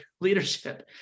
leadership